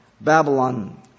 Babylon